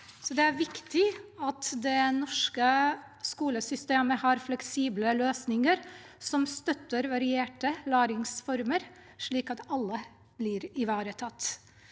Det er viktig at det norske skolesystemet har fleksible løsninger som støtter varierte læringsformer, slik at alle blir ivaretatt.